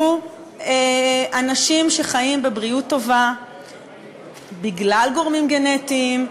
הם אנשים שחיים בבריאות טובה בגלל גורמים גנטיים,